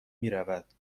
میرود